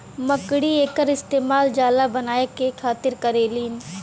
मकड़ी एकर इस्तेमाल जाला बनाए के खातिर करेलीन